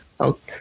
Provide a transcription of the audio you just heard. Okay